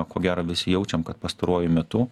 ko gero visi jaučiam kad pastaruoju metu